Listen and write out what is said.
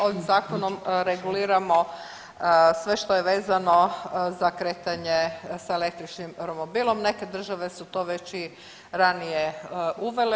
Ovim Zakonom reguliramo sve što je vezano za kretanje sa električnim romobilom, neke države su to već i ranije uvele.